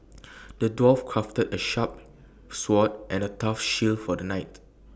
the dwarf crafted A sharp sword and A tough shield for the knight